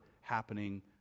happening